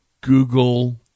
Google